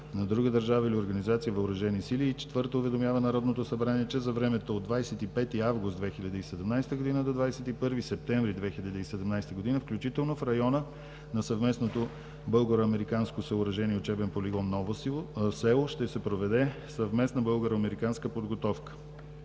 на друга държава или организация, въоръжени сили. Четвърто, уведомява Народното събрание, че за времето от 25 август 2017 г. до 21 септември 2017 г. включително в района на съвместното българо-американско съоръжение, учебен полигон Ново село ще се проведе съвместна българо-американска подготовка.